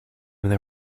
there